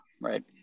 right